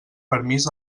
permís